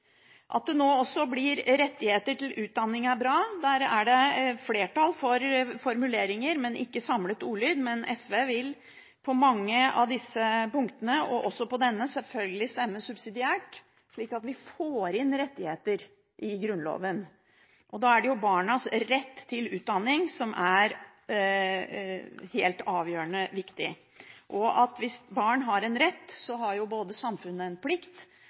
At det nå også blir rettigheter til utdanning, er bra. Der er det flertall for formuleringer, men ikke samlet ordlyd. SV vil på mange av disse punktene selvfølgelig stemme subsidiært, også på dette, slik at vi får inn rettigheter i Grunnloven. Da er det barnas rett til utdanning som er helt avgjørende viktig, og hvis barn har en rett, har samfunnet en plikt